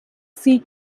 seek